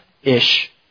ish